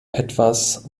etwas